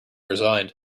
resigned